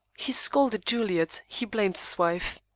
he scolded juliet he blamed his wife.